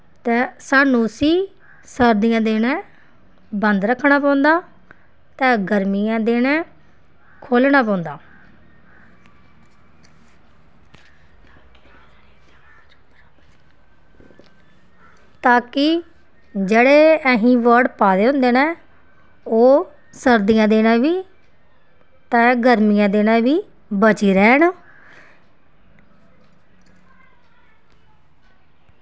ते स्हानू उसी सर्दियैं दै दिनैं बंद रक्खनां पौंदा ते गर्मियैं दै दिनैं खोह्लनां पौंदा ताकि जेह्ड़े असैं बर्ड़ पादे होंदे ओह् सर्दियैं दे दिनैं ते गर्मियैं दै दिनैं बी बची रैह्न